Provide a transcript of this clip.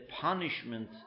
punishment